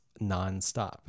nonstop